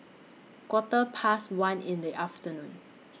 Quarter Past one in The afternoon